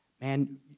Man